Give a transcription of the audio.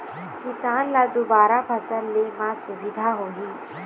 किसान ल दुबारा फसल ले म सुभिता होही